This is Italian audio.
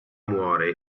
muore